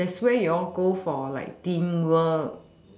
that's where you all go for like team work